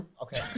okay